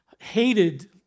Hated